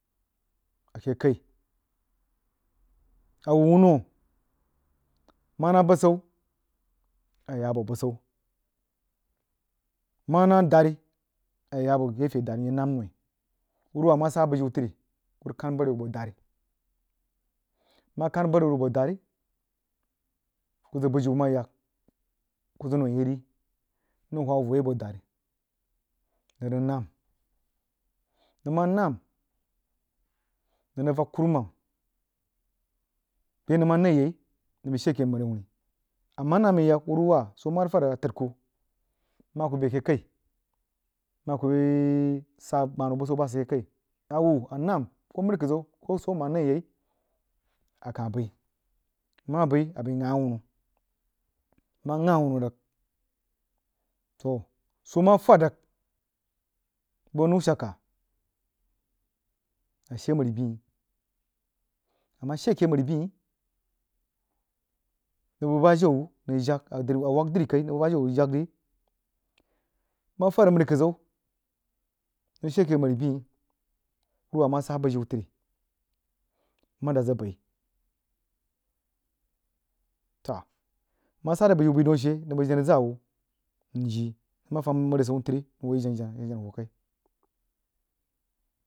A ke kəī. A wuh whuno manah busau a yeh yah boh susau manah dari a yeh yah boh jefe dari mrig nam noi wuruwas moh sa bujiu tri kuh rig khan bəri wah aboh darí nmah khar bəri wuh rig soh dari kuh əəg bijiu mah yag kuh zəg yah ri mrig wha wuh yoh yai boh dari nən rig nahm nəng moh nam nəng rig vag kurumam bəa a nəng mah nəi a yai nəng bəi she keh məri a wuni a nalnim ye yag wuruwah soo mah rig fahd rig a təd kuh mah a kuh bəi ake kai mah a kuh bəa sah gbanou busan bah sid ri kai a wuh a nahm ko mrikəd zau ko soo a mah nəí a yai akab bəi nmab bəí a bəi gheh a wunu nmah ghab awunu rig toh soo wah gah rig bəg a əu shelekah a she a mər- byi a mah she ake məri- byi nəng bəg bajau wuh nəng jaj a whag drí nəng bəg bajau wuh jaj ri mah fed rig mərikədzau nəng rig shai ake məri byi whruwwaa mah sah bujiu tri nmah dad zəg bəg toh nmah sah zəg bujiu bəg daun ashe nəng bəg jenah zah wuh njii mah fam mərí a səium trí nang li yi jenah